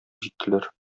җиттеләр